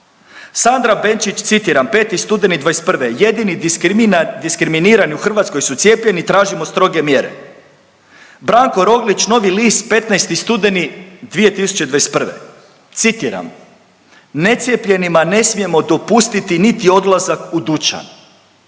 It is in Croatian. Sandra Benčić citiram 5. studeni '21., jedini diskriminirani u Hrvatskoj su cijepljeni i tražimo stroge mjere. Branko Roglić Novi list 15. studeni 2021., citiram necijepljenima ne smijemo dopustiti niti odlazak u dućan,